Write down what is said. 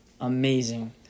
amazing